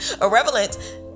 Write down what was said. irrelevant